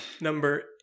Number